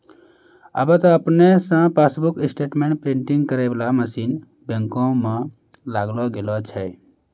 आबे त आपने से पासबुक स्टेटमेंट प्रिंटिंग करै बाला मशीन बैंको मे लगैलो गेलो छै